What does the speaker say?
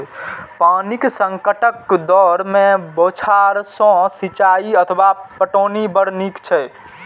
पानिक संकटक दौर मे बौछार सं सिंचाइ अथवा पटौनी बड़ नीक छै